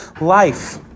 life